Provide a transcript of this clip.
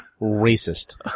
racist